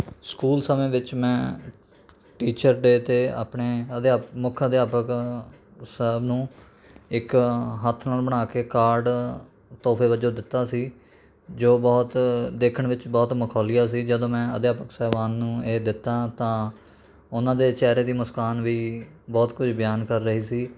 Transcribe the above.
school ਸਮੇਂ ਵਿੱਚ ਮੈਂ ਟੀਚਰ ਡੇ 'ਤੇ ਆਪਣੇ ਅਧਿਆਪਕ ਮੁੱਖ ਅਧਿਆਪਕ ਸਰ ਨੂੰ ਇੱਕ ਹੱਥ ਨਾਲ ਬਣਾ ਕੇ ਕਾਰਡ ਤੋਹਫੇ ਵਜੋਂ ਦਿੱਤਾ ਸੀ ਜੋ ਬਹੁਤ ਦੇਖਣ ਵਿੱਚ ਬਹੁਤ ਮਖੌਲੀਆ ਸੀ ਜਦੋਂ ਮੈਂ ਅਧਿਆਪਕ ਸਾਹਿਬਾਨ ਨੂੰ ਇਹ ਦਿੱਤਾ ਤਾਂ ਉਨ੍ਹਾਂ ਦੇ ਚਿਹਰੇ ਦੀ ਮੁਸਕਾਨ ਵੀ ਬਹੁਤ ਕੁਝ ਬਿਆਨ ਕਰ ਰਹੀ ਸੀ